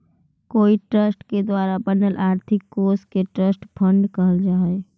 कोई ट्रस्ट के द्वारा बनल आर्थिक कोश के ट्रस्ट फंड कहल जा हई